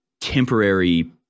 temporary